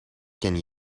ken